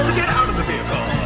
out of the vehicle,